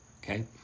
Okay